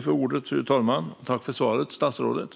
Fru talman! Tack för svaret, statsrådet!